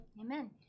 Amen